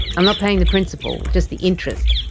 i'm not paying the principal, just the interest,